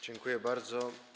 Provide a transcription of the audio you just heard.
Dziękuję bardzo.